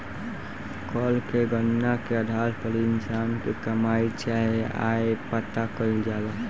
कर के गणना के आधार पर इंसान के कमाई चाहे आय पता कईल जाला